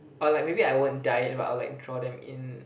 or like maybe I won't dye it but I will like draw them in